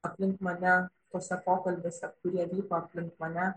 aplink mane tuose pokalbiuose kurie vyko aplink mane